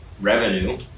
revenue